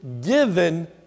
given